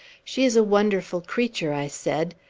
she is a wonderful creature, i said.